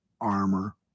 armor